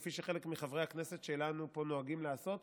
כפי שחלק מחברי הכנסת שלנו פה נוהגים לעשות,